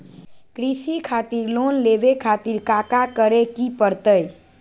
कृषि खातिर लोन लेवे खातिर काका करे की परतई?